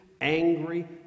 angry